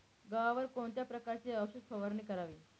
गव्हावर कोणत्या प्रकारची औषध फवारणी करावी?